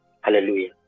Hallelujah